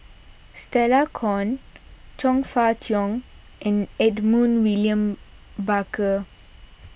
Stella Kon Chong Fah Cheong and Edmund William Barker